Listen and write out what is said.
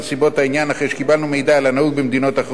אחרי שקיבלנו מידע על הנהוג במדינות אחרות וגם על עבודה